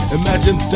imagine